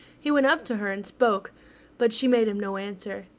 he went up to her and spoke but she made him no answer.